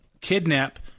kidnap